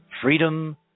freedom